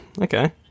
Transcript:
okay